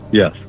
yes